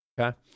Okay